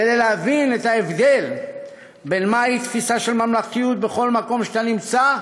כדי להדגיש את ההבדל בין מה היא תפיסה של ממלכתיות בכל מקום שאתה נמצא,